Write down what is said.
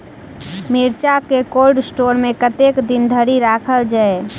मिर्चा केँ cold store मे कतेक दिन धरि राखल छैय?